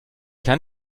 kann